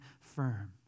firm